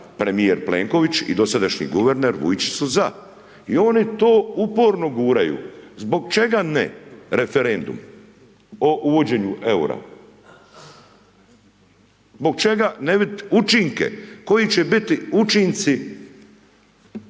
premijer Plenković i dosadašnji guverner Vujčić u za i oni to uporno guraju. Zbog čega ne referendum o uvođenju eura? Zbog čega ne vidit učinke, koji će biti učinci